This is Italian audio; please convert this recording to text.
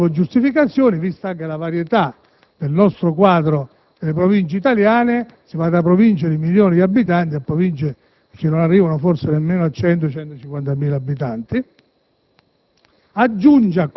per il quale, ripeto, non trovo giustificazioni, vista anche la varietà del nostro quadro delle Province italiane (si va da Province con milioni di abitanti a Province che non arrivano forse nemmeno a 150.000 abitanti)